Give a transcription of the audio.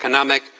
economic,